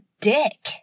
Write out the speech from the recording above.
dick